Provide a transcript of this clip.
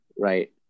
right